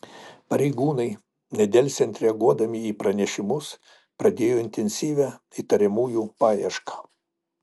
pareigūnai nedelsiant reaguodami į pranešimus pradėjo intensyvią įtariamųjų paiešką